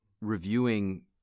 reviewing